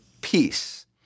peace